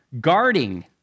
Guarding